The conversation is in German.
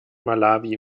malawi